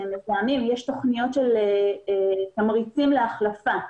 יש תוכניות של תמריצים להחלפה,